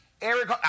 Eric